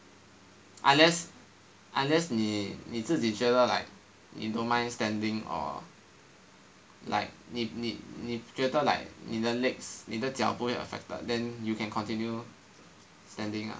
unless unless 你你自己觉得 like you don't mind standing or like if 你觉得 like 你的 legs 你的脚不会 affected then you can continue standing up